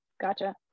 Gotcha